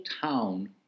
town